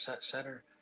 center